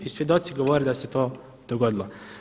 I svjedoci govore da se to dogodilo.